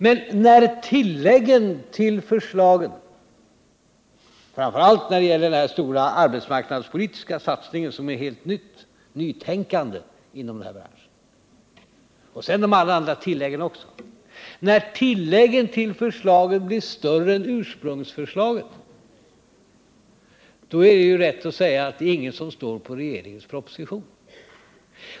Men när tilläggen till förslaget — framför allt när det gäller den stora arbetsmarknadspolitiska satsningen, som innebär ett nytänkande inom denna bransch, men också alla andra tillägg — blir större än ursprungsförslaget är det rätt att säga att ingen står bakom regeringens proposition.